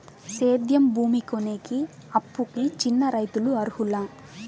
సేద్యం భూమి కొనేకి, అప్పుకి చిన్న రైతులు అర్హులా?